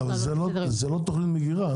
אבל זה לא תוכנית מגירה,